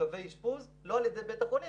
כמעוכבי אשפוז לא על ידי בית החולים,